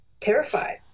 terrified